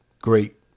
Great